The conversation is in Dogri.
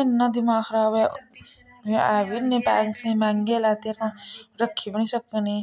इ'न्ना दमाग खराब होएआ ऐ बी इ'न्ने पैसे मैंह्गे लैते रक्खी बी नेईं सकनी